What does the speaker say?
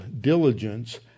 diligence